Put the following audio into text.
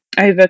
Over